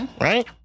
Right